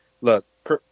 Look